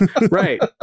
Right